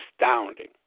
astounding